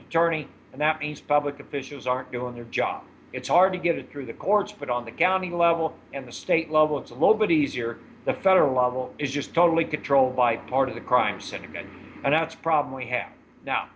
attorney and that means public officials aren't doing their job it's hard to get it through the courts but on the county level and the state level it's a little bit easier the federal level is just totally controlled by part of the crime syndicate and that's a problem we have no